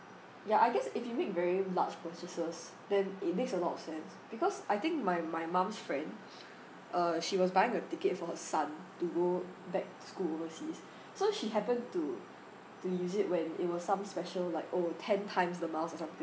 ya I guess if you make very large purchases then it makes a lot of sense because I think my my mum's friend uh she was buying a ticket for her son to go back to school overseas so she happen to to use it when it was some special like oh ten times the miles or something